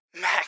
Mac